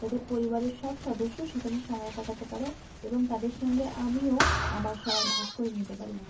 যাতে পরিবারের সব সদস্য সেখানে সময় কাটাতে পারে এবং তাদের সঙ্গে আমিও আমার সময় ভাগ করে নিতে পারি